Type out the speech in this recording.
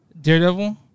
daredevil